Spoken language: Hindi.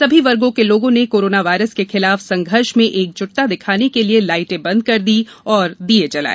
सभी वर्गों के लोगों ने कोरोना वायरस के खिलाफ संघर्ष में एकजुटता दिखाने के लिए लाइटें बंद कर दी और दिए जलाए